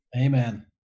Amen